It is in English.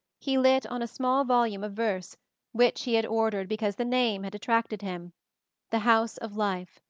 he lit on a small volume of verse which he had ordered because the name had attracted him the house of life.